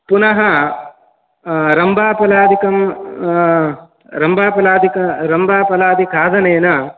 पुनः रम्भाफलादिकं रम्भाफलादिक रम्भाफलादिखादनेन